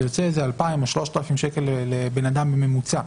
זה יוצר 2,000 או 3,0000 שקל לאדם בממוצע.